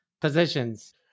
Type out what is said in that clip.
positions